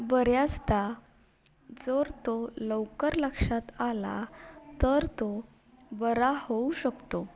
बऱ्याचदा जर तो लवकर लक्षात आला तर तो बरा होऊ शकतो